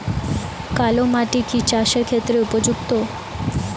কালো মাটি কি চাষের ক্ষেত্রে উপযুক্ত?